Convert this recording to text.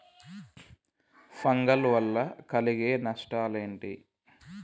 Fungal వల్ల కలిగే నష్టలేంటి?